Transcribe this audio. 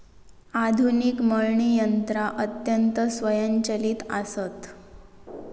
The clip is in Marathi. आधुनिक मळणी यंत्रा अत्यंत स्वयंचलित आसत